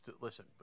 Listen